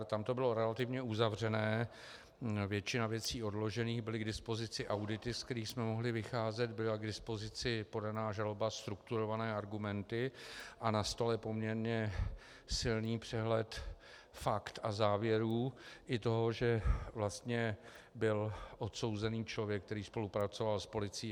Tam to bylo relativně uzavřené, většina věcí odložených, byly k dispozici audity, z kterých jsme mohli vycházet, byla k dispozici podaná žaloba, strukturované argumenty a na stole poměrně silný přehled fakt a závěrů i toho, že byl odsouzený člověk, který spolupracoval s policií, atd.